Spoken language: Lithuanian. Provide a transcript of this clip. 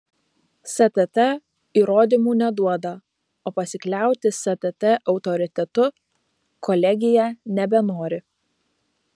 stt įrodymų neduoda o pasikliauti stt autoritetu kolegija nebenori